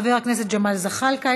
חבר הכנסת ג'מאל זחאלקה,